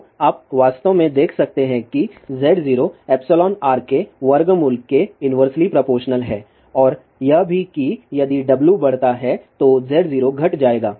तो आप वास्तव में देख सकते हैं कि Z0 εr के वर्गमूल के इन्वर्सली प्रोपोरशनल है और यह भी कि यदि W बढ़ता है तो Z0 घट जाएगा